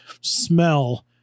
smell